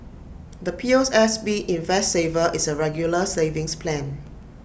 the P O S S B invest saver is A regular savings plan